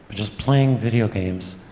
but just playing video games,